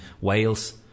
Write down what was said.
Wales